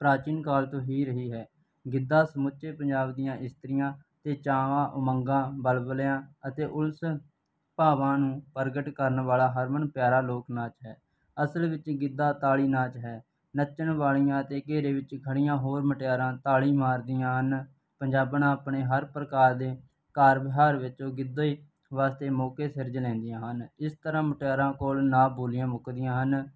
ਪ੍ਰਾਚੀਨ ਕਾਲ ਤੋ ਹੀ ਰਹੀ ਹੈ ਗਿੱਧਾ ਸਮੁੱਚੇ ਪੰਜਾਬ ਦੀਆਂ ਇਸਤਰੀਆਂ ਅਤੇ ਚਾਵਾਂ ਉਮੰਗਾਂ ਬਲਬਲਿਆਂ ਅਤੇ ਉਲਸ ਭਾਵਾਂ ਨੂੰ ਪ੍ਰਗਟ ਕਰਨ ਵਾਲਾ ਹਰਮਨ ਪਿਆਰਾ ਲੋਕ ਨਾਚ ਹੈ ਅਸਲ ਵਿੱਚ ਗਿੱਧਾ ਤਾੜੀ ਨਾਚ ਹੈ ਨੱਚਣ ਵਾਲੀਆਂ ਅਤੇ ਘੇਰੇ ਵਿੱਚ ਖੜ੍ਹੀਆਂ ਹੋਰ ਮੁਟਿਆਰਾਂ ਤਾੜੀ ਮਾਰਦੀਆਂ ਹਨ ਪੰਜਾਬਣਾਂ ਆਪਣੇ ਹਰ ਪ੍ਰਕਾਰ ਦੇ ਕਾਰ ਵਿਹਾਰ ਵਿੱਚ ਗਿੱਧੇ ਵਾਸਤੇ ਮੌਕੇ ਸਿਰਜ ਲੈਂਦੀਆਂ ਹਨ ਇਸ ਤਰ੍ਹਾਂ ਮੁਟਿਆਰਾਂ ਕੋਲ ਨਾ ਬੋਲੀਆਂ ਮੁੱਕਦੀਆਂ ਹਨ